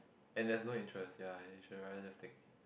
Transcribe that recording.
and there is no insurance ya insurance just take